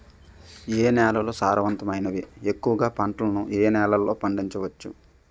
ఏ నేలలు సారవంతమైనవి? ఎక్కువ గా పంటలను ఏ నేలల్లో పండించ వచ్చు?